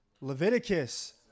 Leviticus